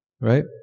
right